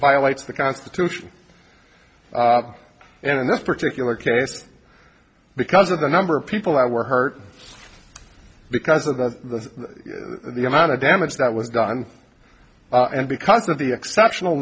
violates the constitution and in this particular case because of the number of people that were hurt because of the the amount of damage that was done and because of the exceptional